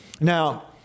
Now